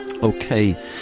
Okay